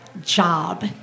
job